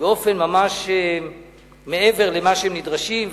באופן שהוא ממש מעבר למה שהם נדרשים,